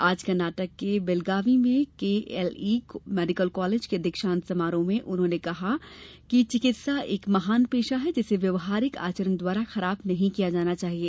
आज कर्नाटक के बेलगावी में केएलई मेडिकल कॉलेज के दीक्षांत समारोह में उन्होंने कहा कि चिकित्सा एक महान पेशा है जिसे व्यवसायिक आचरण द्वारा खराब नहीं किया जाना चाहिए